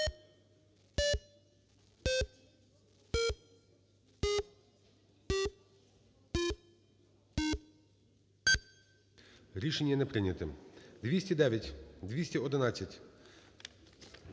Рішення не прийнято. 209. 211.